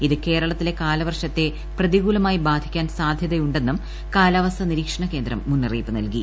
ഇത് കേരളത്തിലെ കാലവർഷത്തെ പ്രതികൂലമായി ബാധിക്കാൻ സാധ്യതയുണ്ടെന്നും കാലാവസ്ഥാ നിരീക്ഷണകേന്ദ്രം മുന്നറിയിപ്പ് നൽകി